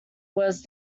worst